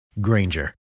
Granger